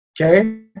okay